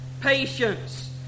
patience